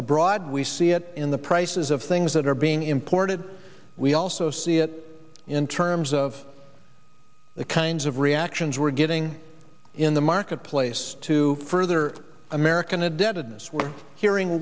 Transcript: abroad we see it in the prices of things that are being imported we also see it in terms of the kinds of reactions we're getting in the marketplace to further american a deadness we're hearing